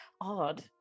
odd